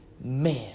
man